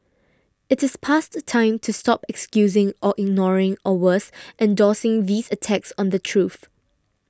it is past time to stop excusing or ignoring or worse endorsing these attacks on the truth